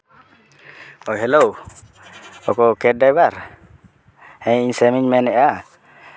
hello ᱚᱠᱚᱭ cab driver ᱦᱮᱸ ᱤᱧ ᱥᱮᱢ ᱤᱧ ᱢᱮᱱᱮᱫᱼᱟ